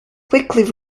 quickly